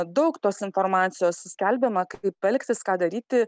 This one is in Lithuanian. daug tos informacijos skelbiama kaip elgtis ką daryti